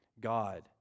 God